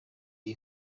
iri